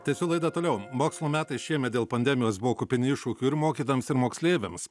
tęsiu laidą toliau mokslo metai šiemet dėl pandemijos buvo kupini iššūkių ir mokytojams ir moksleiviams